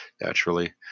naturally